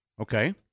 Okay